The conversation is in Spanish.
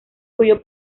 cuyo